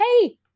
hey